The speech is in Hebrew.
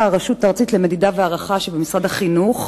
הרשות הארצית למדידה והערכה שבמשרד החינוך,